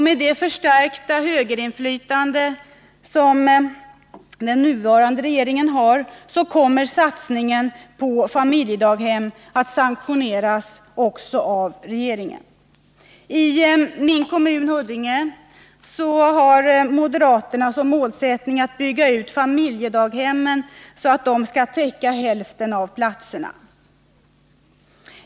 Med det förstärkta högerinflytande som den nuvarande regeringen har kommer satsningen på familjedaghem att sanktioneras också av regeringen. I Huddinge kommun, som är min hemkommun, har moderaterna som målsättning att öka antalet familjedaghemsplatser så att dessa kan täcka halva behovet av daghemsplatser.